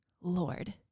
Lord